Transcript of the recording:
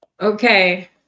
Okay